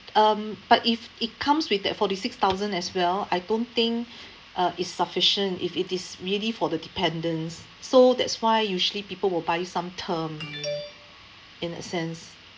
um but if it comes with that forty six thousand as well I don't think uh is sufficient if it is really for the dependence so that's why usually people will buy some term in that sense